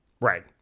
Right